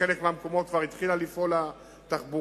בחלק מהמקומות כבר התחילה לפעול התחבורה.